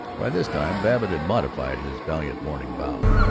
by this time babbitt had modified his valiant morning vow,